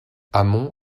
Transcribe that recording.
hamon